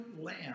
lamb